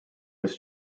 was